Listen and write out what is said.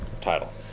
title